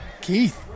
Keith